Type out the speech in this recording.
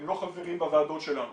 הם לא חברים בוועדות שלנו,